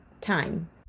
time